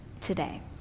today